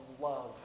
love